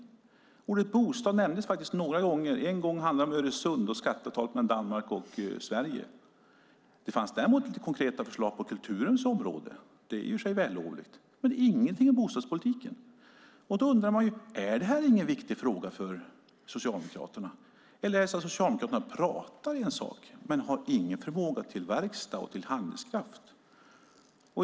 Ordet bostad nämndes faktiskt några gånger. En gång handlade det om Öresund och skatteavtalet mellan Danmark och Sverige. Det fanns däremot lite konkreta förslag på kulturens område - det är i och för sig vällovligt - men ingenting om bostadspolitiken. Då undrar jag: Är det här ingen viktig fråga för Socialdemokraterna? Eller är det så att Socialdemokraterna pratar om en sak men inte har någon förmåga till verkstad och till handlingskraft?